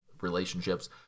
relationships